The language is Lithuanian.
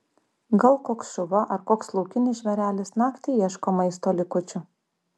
gal koks šuva ar koks laukinis žvėrelis naktį ieško maisto likučių